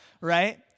right